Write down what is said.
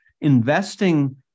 investing